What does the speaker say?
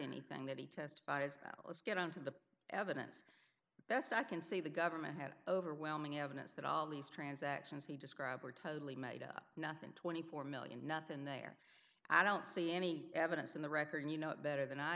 anything that he testifies let's get on to the evidence best i can say the government had overwhelming evidence that all these transactions he described were totally made up nothing twenty four million nothing there i don't see any evidence in the record you know better than i